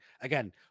again